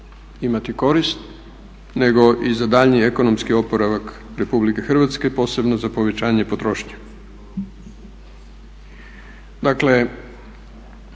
imati korist nego i za daljnji ekonomski oporavak RH posebno za povećanje potrošnje. Dakle,